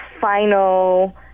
final